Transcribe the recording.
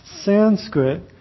Sanskrit